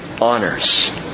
honors